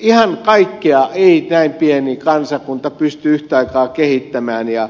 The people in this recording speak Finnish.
ihan kaikkea ei näin pieni kansakunta pysty yhtä aikaa kehittämään ja